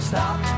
Stop